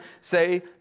say